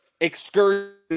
excursion